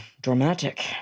dramatic